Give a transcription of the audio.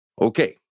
Okay